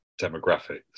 demographics